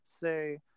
say